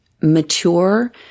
mature